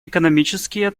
экономические